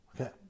okay